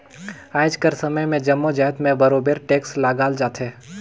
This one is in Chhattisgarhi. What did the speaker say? आएज कर समे में जम्मो जाएत में बरोबेर टेक्स लगाल जाथे